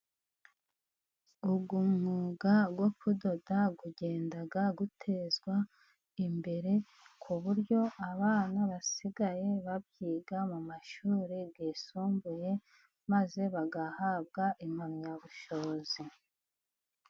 Umwuga wo kudoda ugenda utezwa imbere ku buryo abana basigaye babyiga mu mashuri yisumbuye maze bagahabwa impamyabushobozi.